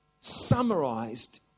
summarized